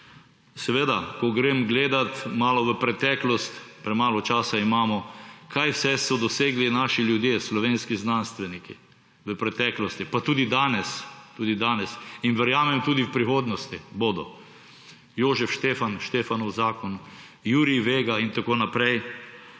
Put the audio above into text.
Seveda, ko grem gledat malo v preteklost, premalo časa imamo, kaj vse so dosegli naši ljudje, slovenski znanstveniki v preteklosti, pa tudi danes in verjamem tudi v prihodnosti bodo: Jožef Stefan, Štefanov zakon, Jurij Vega in tako naprej,